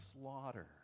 slaughter